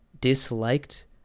disliked